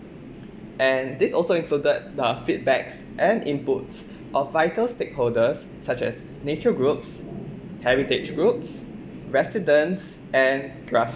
and these also included the feedbacks and inputs of vital stakeholders such as nature groups heritage groups residents and plus